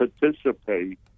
participate